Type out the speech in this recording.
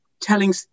telling